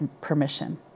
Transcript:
permission